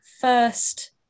first